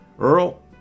Earl